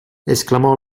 esclamò